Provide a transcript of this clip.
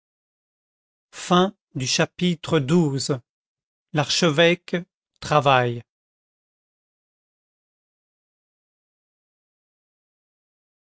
chapitre xii l'évêque travaille